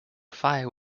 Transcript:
fire